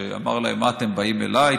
שאמר להם: מה אתם באים אליי,